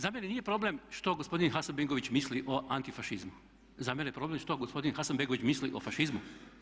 Za mene nije problem što gospodin Hasanbegović misli o antifašizmu, za mene je problem što gospodin Hasanbegović misli o fašizmu.